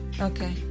Okay